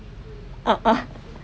oh uh